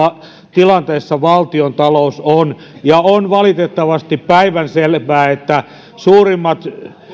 tilanteessa valtiontalous on ja on valitettavasti päivänselvää että suurimmat